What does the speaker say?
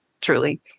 Truly